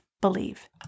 believe